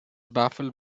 baffled